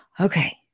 Okay